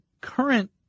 current